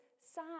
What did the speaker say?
sad